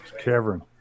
Cavern